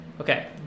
Okay